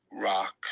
Rock